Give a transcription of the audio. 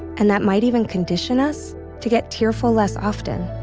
and that might even condition us to get tearful less often